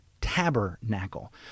tabernacle